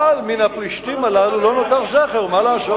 אבל מן הפלישתים הללו לא נותר זכר, מה לעשות?